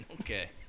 Okay